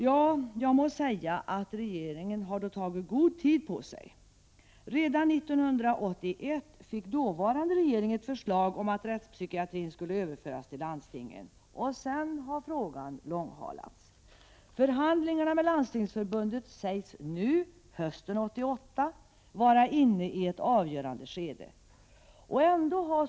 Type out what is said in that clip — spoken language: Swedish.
Jag får då säga att regeringen har tagit god tid på sig. Redan 1981 fick den dåvarande regeringen ett förslag om att rättspsykiatrin skulle överföras till landstingen. Sedan har frågan långhalats. Förhandlingarna med landstingsförbundet sägs nu, hösten 1988, vara inne i ett avgörande skede.